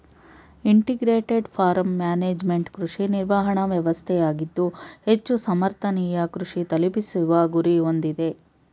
integrated farm management ಕೃಷಿ ನಿರ್ವಹಣಾ ವ್ಯವಸ್ಥೆಯಾಗಿದ್ದು ಹೆಚ್ಚು ಸಮರ್ಥನೀಯ ಕೃಷಿ ತಲುಪಿಸುವ ಗುರಿ ಹೊಂದಿದೆ